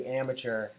amateur